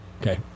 Okay